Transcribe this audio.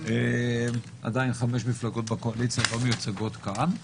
עדיין חמש מפלגות בקואליציה לא מיוצגות כאן,